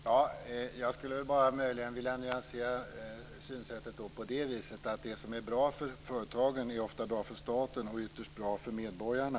Fru talman! Möjligen skulle jag vilja nyansera synsättet genom att säga att det som är bra för företagen ofta är bra för staten och, ytterst, bra för medborgarna.